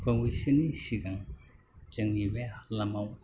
बावैसोनि सिगां जोंनि बे हालामाव